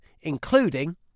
including